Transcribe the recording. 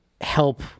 help